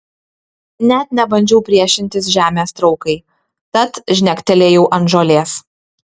net nebandžiau priešintis žemės traukai tad žnektelėjau ant žolės